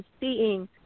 seeing